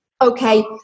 Okay